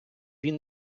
він